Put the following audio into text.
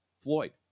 Floyd